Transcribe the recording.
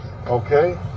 Okay